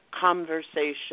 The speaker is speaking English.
conversation